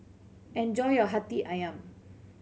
enjoy your Hati Ayam